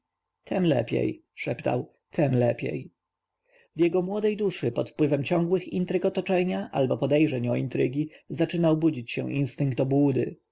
lepiej szeptał tem lepiej w jego młodej duszy pod wpływem ciągłych intryg otoczenia albo podejrzeń o intrygi zaczynał budzić się instynkt obłudy